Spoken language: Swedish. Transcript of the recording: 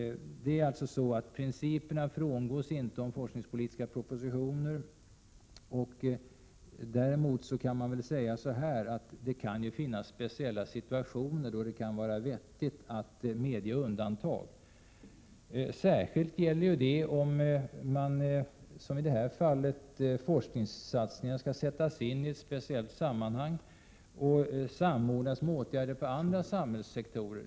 Principerna om forskningspolitiska propositioner frångås inte. Däremot kan det finnas speciella situationer då det kan vara vettigt att medge undantag. Särskilt gäller detta om — som i detta fall — forskningsinsatser skall sättas in i ett speciellt sammanhang och samordnas med åtgärder på andra samhällssektorer.